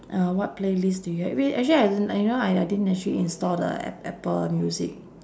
uh what playlist do you have wait actually I don~ you know I didn't actually install the a~ apple music